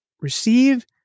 receive